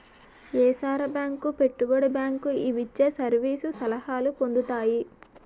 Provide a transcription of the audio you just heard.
ఏసార bank పెట్టుబడి bank ఇవిచ్చే service సలహాలు పొందుతాయి